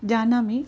जानामि